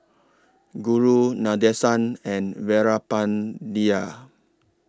Guru Nadesan and Veerapandiya